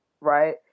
right